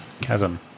chasm